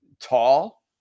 tall